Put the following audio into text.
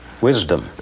wisdom